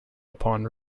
upon